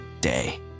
day